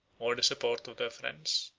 or the support of their friends.